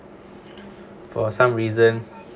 for some reason